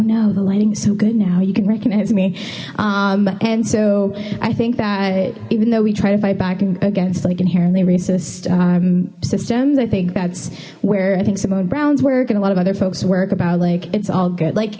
no the lighting is so good now you can recognize me and so i think that even though we try to fight back against like inherently racist systems i think that's where i think simone browns work and a lot of other folks to work about like it's all good like